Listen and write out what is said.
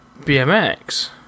BMX